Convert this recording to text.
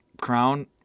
Crown